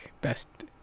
Best